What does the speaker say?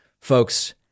Folks